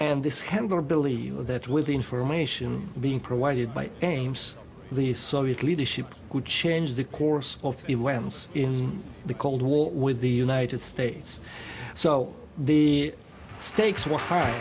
and this has got to believe that with the information being provided by james the soviet leadership would change the course of events in the cold war with the united states so the stakes were high